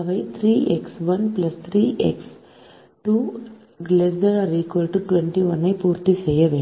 அவை 3 x 1 3 x 2 ≤ 21 ஐ பூர்த்தி செய்ய வேண்டும்